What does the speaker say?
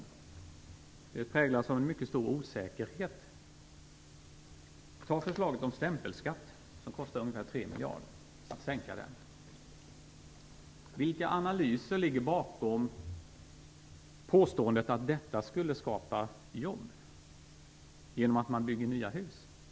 Förslagen präglas av en mycket stor osäkerhet. Ta t.ex. förslaget om att sänka stämpelskatten, som kostar ungefär 3 miljarder. Vilka analyser ligger bakom påståendet att detta skulle skapa jobb genom att man bygger nya hus?